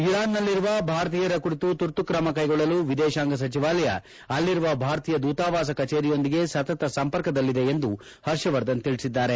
ಇರಾನ್ನಲ್ಲಿರುವ ಭಾರತೀಯರ ಕುರಿತು ತುರ್ತು ಕ್ರಮಕೈಗೊಳ್ಳಲು ವಿದೇಶಾಂಗ ಸಚಿವಾಲಯ ಅಲ್ಲಿರುವ ಭಾರತೀಯ ದೂತವಾಸ ಕಚೇರಿಯೊಂದಿಗೆ ಸತತ ಸಂಪರ್ಕದಲ್ಲಿದೆ ಎಂದು ಪರ್ಷವರ್ಧನ್ ತಿಳಿಸಿದ್ದಾರೆ